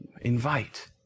Invite